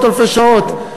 אלפי שעות,